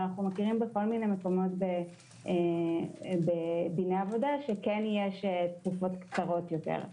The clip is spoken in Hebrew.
אבל אנחנו מכירים בכל מיני מקומות בדיני עבודה שיש תקופות קצרות יותר,